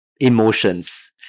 emotions